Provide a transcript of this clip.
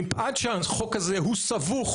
מפאת שהחוק הזה הוא סבוך,